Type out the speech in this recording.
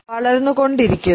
വളർന്നുകൊണ്ടിരിക്കുന്നു